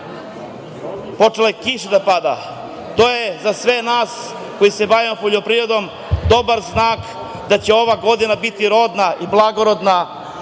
počela je kiša da pada. To je za sve nas koji se bavimo poljoprivredom dobar znak da će ova godina biti rodna i blagorodna